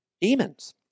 demons